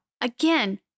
Again